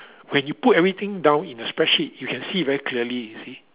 when you put everything down in a spreadsheet you can see it very clearly you see